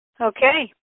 okay